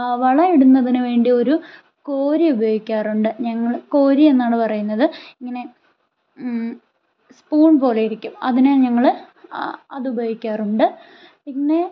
വളം ഇടുന്നതിന് വേണ്ടിയൊരു കോരി ഉപയോഗിക്കാറുണ്ട് ഞങ്ങൾ കോരിയെന്നാണ് പറയുന്നത് ഇങ്ങനെ സ്പൂൺ പോലെയിരിക്കും അതിനെ ഞങ്ങൾ അത് ഉപയോഗിക്കാറുണ്ട് പിന്നെ